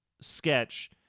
sketch